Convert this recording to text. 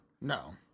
No